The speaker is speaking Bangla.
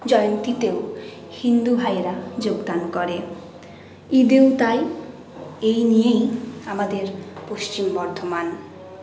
জয়ন্তীতেও হিন্দু ভাইয়েরা যোগদান করেন ঈদেও তাই এই নিয়েই আমাদের পশ্চিম বর্ধমান